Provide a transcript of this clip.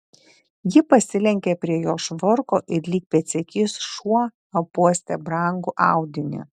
ji pasilenkė prie jo švarko ir lyg pėdsekys šuo apuostė brangų audinį